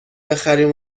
بخریم